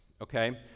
okay